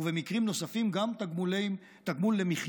ובמקרים נוספים גם תגמול למחיה,